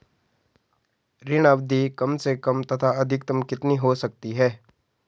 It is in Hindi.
ऋण अवधि कम से कम तथा अधिकतम कितनी हो सकती है?